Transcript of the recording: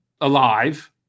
alive